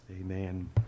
Amen